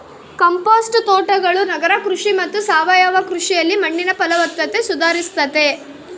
compost ತೋಟಗಳು ನಗರ ಕೃಷಿ ಮತ್ತು ಸಾವಯವ ಕೃಷಿಯಲ್ಲಿ ಮಣ್ಣಿನ ಫಲವತ್ತತೆ ಸುಧಾರಿಸ್ತತೆ